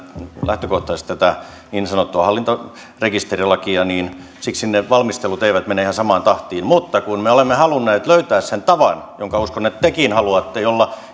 lähtökohtaisesti tätä niin sanottua hallintarekisterilakia siksi ne valmistelut eivät mene ihan samaan tahtiin mutta kun me olemme halunneet löytää sen tavan ja uskon että tekin haluatte jolla